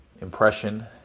impression